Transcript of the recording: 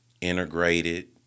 integrated